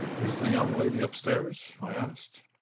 is the young lady upstairs? i asked.